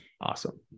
Awesome